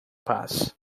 paz